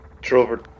Trover